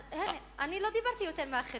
אני לא דיברתי יותר מאחרים.